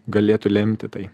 galėtų lemti tai